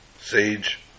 sage